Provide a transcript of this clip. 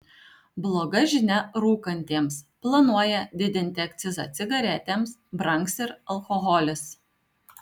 bloga žinia rūkantiems planuoja didinti akcizą cigaretėms brangs ir alkoholis